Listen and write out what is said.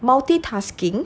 multitasking